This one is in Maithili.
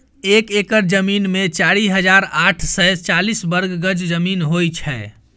एक एकड़ जमीन मे चारि हजार आठ सय चालीस वर्ग गज जमीन होइ छै